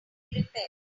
repaired